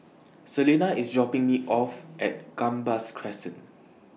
Selina IS dropping Me off At Gambas Crescent